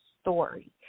story